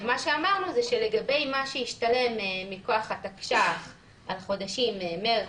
אמרנו שלגבי מה שישתלם מכוח התקש"ח (תקנות שעת חירום) על חודשים מרץ,